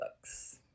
books